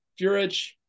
Furich